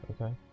Okay